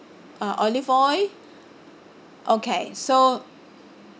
uh olive oil okay so